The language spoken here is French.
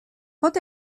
quand